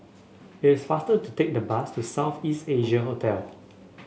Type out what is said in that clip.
it's faster to take the bus to South East Asia Hotel